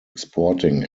exporting